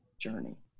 journey